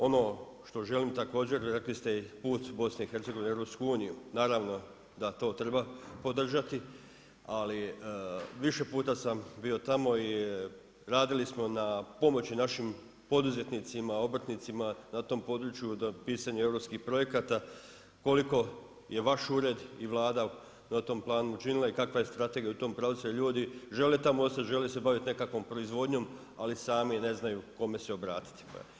Ono što želim također, rekli ste i put BiH u EU, naravno da to treba podržati ali više puta sam bio tamo i radili smo na pomoći našim poduzetnicima, obrtnicima na tom području do pisanja EU projekata koliko je vaš ured i Vlada na tom planu učinila i kakva je strategija u tom pravcu jer ljudi tamo žele ostati, žele se baviti nekakvom proizvodnjom ali sami ne znaju kome se obratiti.